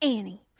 Annie